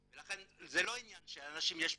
ולכן זה לא עניין שלאנשים יש בחירה,